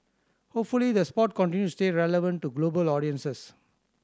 hopefully the sport continues to stay relevant to global audiences